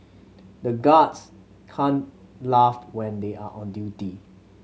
the guards can't laugh when they are on duty